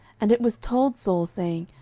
and it was told saul, saying,